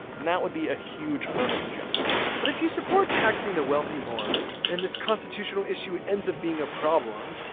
and that would be a huge hurdle to jump but if you support taxing the wealthy more and this constitutional issue ends up being a problem,